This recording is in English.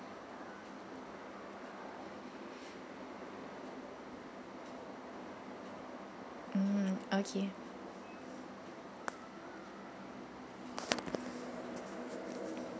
mm okay